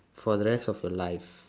for the rest of your life